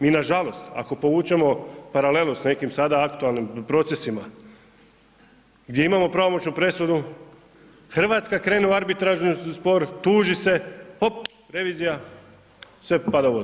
Mi nažalost ako povučemo paralelu s nekim sada aktualnim procesima gdje imamo pravomoćnu presudu, Hrvatska krene u arbitražni spor, tuži se hop revizija, sve pada u vodu.